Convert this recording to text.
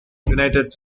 united